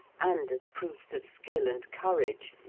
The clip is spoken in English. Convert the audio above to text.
and as proofs of skill and courage,